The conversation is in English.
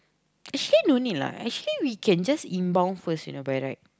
actually no need lah actually we can just inbound first you know by right